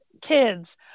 kids